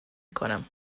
کنم